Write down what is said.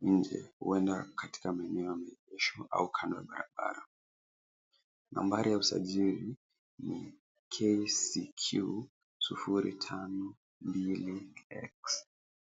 nje huenda katika maeneo ya maegesho au kando ya barabara. Nambari ya usajili ni KCQ 052X.